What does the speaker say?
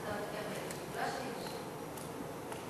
אתה מתכוון שגורשתי משם.